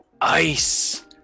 ice